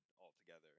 altogether